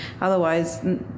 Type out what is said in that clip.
Otherwise